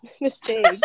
mistake